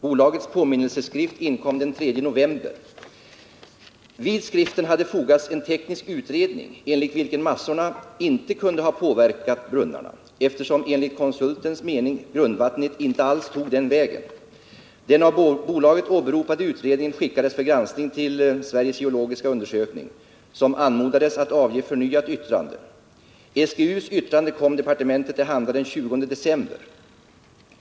Bolagets påminnelseskrift inkom den 3 november. Vid skriften hade fogats en teknisk undersökning, enligt vilken massorna inte kunde ha påverkat brunnarna, eftersom konsulten ansåg att grundvattnet inte alls tog den vägen. Den av bolaget åberopade utredningen skickades för granskning till Sveriges geologiska undersökning, som anmodades att avge förnyat yttrande. SGU:s yttrande kom departementet till handa den 20 december.